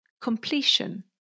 completion